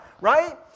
right